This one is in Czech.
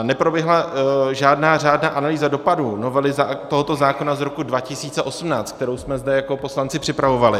Neproběhla žádná řádná analýza dopadů novely tohoto zákona z roku 2018, kterou jsme zde jako poslanci připravovali.